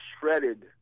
shredded